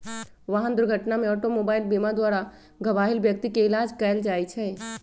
वाहन दुर्घटना में ऑटोमोबाइल बीमा द्वारा घबाहिल व्यक्ति के इलाज कएल जाइ छइ